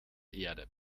erde